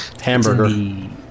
Hamburger